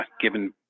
given